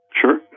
Sure